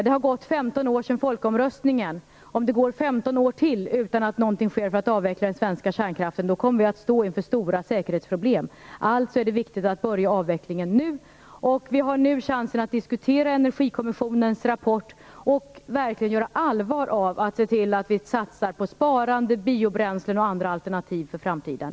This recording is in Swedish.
Det har gått 15 år sedan folkomröstningen, och om det går 15 år till utan att någonting sker för att avveckla den svenska kärnkraften kommer vi att stå inför stora säkerhetsproblem. Det är alltså viktigt att börja avveckla nu. Vi har nu chansen att diskutera Energikommissionens rapport och verkligen göra allvar av en satsning på sparande, biobränslen och andra alternativ för framtiden.